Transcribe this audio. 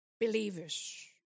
Believers